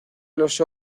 los